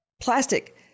plastic